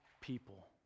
people